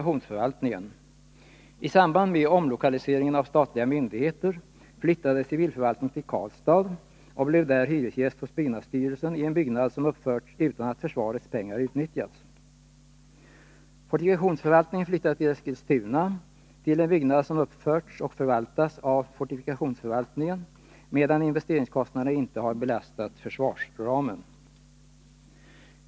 I I samband med omlokaliseringen av statliga myndigheter flyttade civilförvaltningen till Karlstad och blev där hyresgäst hos byggnadsstyrelsen i en byggnad som uppförts utan att försvarets pengar utnyttjats. Fortifikationsförvaltningen flyttade till Eskilstuna till en byggnad som uppförts och förvaltas av fortifikationsförvaltningen, medan investeringskostnaderna inte har belastat försvarsramen.